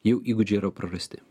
jau įgūdžiai yra prarasti